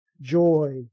joy